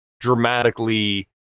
dramatically